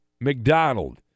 McDonald